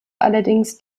allerdings